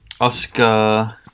Oscar